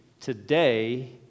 today